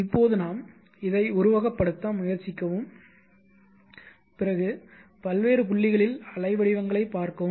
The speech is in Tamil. இப்போது நாம் இதை உருவகப்படுத்த முயற்சிக்கவும்பிறகு பல்வேறு புள்ளிகளில் அலைவடிவங்களைப் பார்க்கவும்